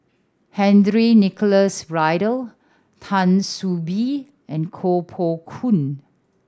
Henry Nicholas Ridley Tan See Boo and Koh Poh Koon